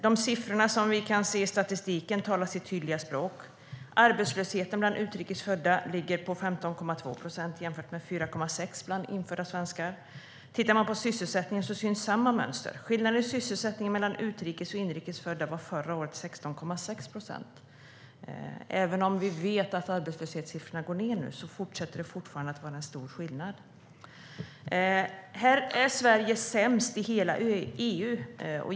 De siffror som vi kan se i statistiken talar sitt tydliga språk. Arbetslösheten bland utrikes födda ligger på 15,2 procent, jämfört med 4,6 procent bland infödda svenskar. Tittar man på sysselsättningen syns samma mönster. Skillnaden i sysselsättning mellan utrikes och inrikes födda var förra året 16,6 procent. Även om vi vet att arbetslöshetssiffrorna går ned nu fortsätter det att vara en stor skillnad. Här är Sverige sämst i hela EU.